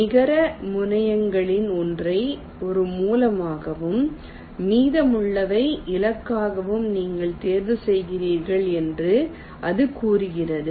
நிகர முனையங்களில் ஒன்றை ஒரு மூலமாகவும் மீதமுள்ளவை இலக்குகளாகவும் நீங்கள் தேர்வு செய்கிறீர்கள் என்று அது கூறுகிறது